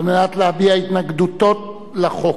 כדי להביע התנגדותו לחוק.